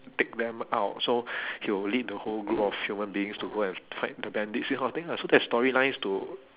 take them out so he'll lead the whole group of human beings to go and fight the bandits this kind of thing lah so there's storylines to